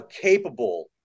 capable